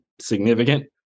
significant